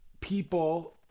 people